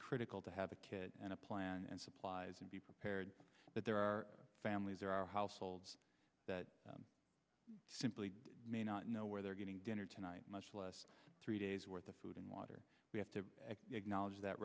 critical to have a kid and a plan and supplies and be prepared that there are families there are households that simply may not know where they're getting dinner tonight much less three days worth of food and water we have to acknowledge that